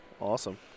Awesome